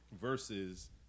Versus